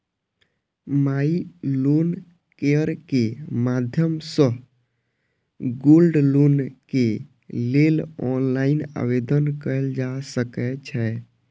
माइ loan care के माध्यम सं गोल्ड लोन के लेल ऑनलाइन आवेदन कैल जा सकै छै